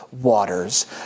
waters